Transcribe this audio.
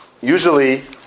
Usually